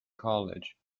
college